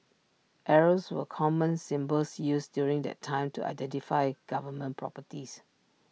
arrows were common symbols used during that time to identify government properties